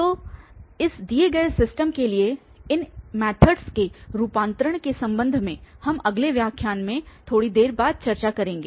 तो इस दिए गए सिस्टम के लिए इन मैथडस के रूपांतरण के संबंध में हम अगले व्याख्यान में थोड़ी देर बाद चर्चा करेंगे